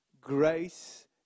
grace